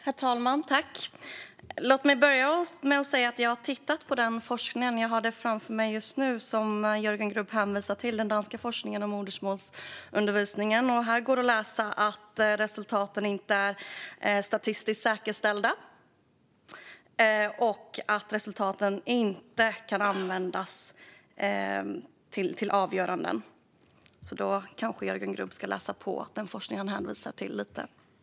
Herr talman! Låt mig börja med att säga att jag har tittat på den danska forskning om modersmålsundervisning som Jörgen Grubb hänvisar till. Jag har det framför mig just nu. Här går det att läsa att resultaten inte är statistiskt säkerställda och att resultaten inte kan användas till avgöranden. Jörgen Grubb kanske ska läsa på lite bättre om den forskning han hänvisar till.